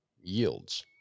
yields